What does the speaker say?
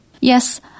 Yes